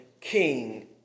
king